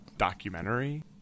documentary